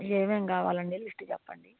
ఏమేమి కావాలండి లిస్ట్ చెప్పండి